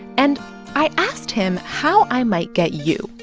and i asked him how i might get you,